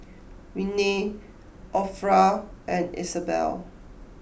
Rennie Orpha and Isabelle